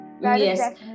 Yes